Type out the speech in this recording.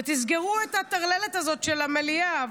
סגרו את הטרללת הזאת של המליאה.